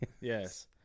Yes